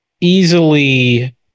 easily